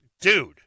dude